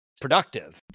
productive